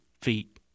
feet